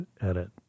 edit